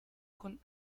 con